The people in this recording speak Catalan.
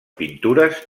pintures